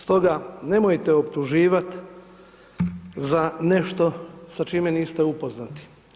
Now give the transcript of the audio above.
Stoga nemojte optuživati za nešto sa čime niste upoznati.